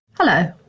hello,